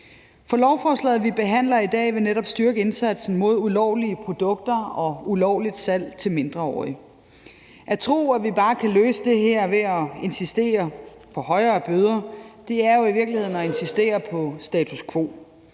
For lovforslaget, vi behandler i dag vil netop styrke indsatsen mod ulovlige produkter og ulovligt salg til mindreårige. At tro, at vi bare kan løse det her ved at insistere på højere bøder, er jo i virkeligheden at insistere på status quo.